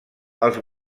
als